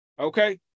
Okay